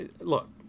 Look